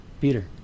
Peter